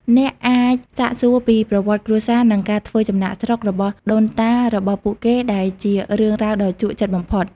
អ្នកអាចសាកសួរពីប្រវត្តិគ្រួសារ និងការធ្វើចំណាកស្រុករបស់ដូនតារបស់ពួកគេ ដែលជារឿងរ៉ាវដ៏ជក់ចិត្តបំផុត។